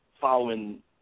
following